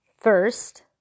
First